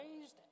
raised